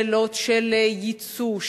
שאלות של ייצוא,